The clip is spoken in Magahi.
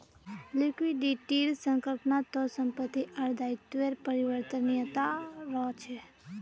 लिक्विडिटीर संकल्पना त संपत्ति आर दायित्वेर परिवर्तनीयता रहछे